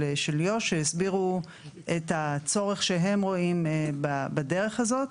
יו"ש שהסבירו את הצורך שהם רואים בדרך הזו.